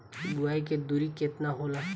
बुआई के दुरी केतना होला?